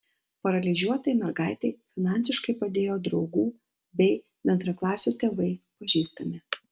paralyžiuotai mergaitei finansiškai padėjo draugų bei bendraklasių tėvai pažįstami